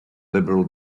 liberal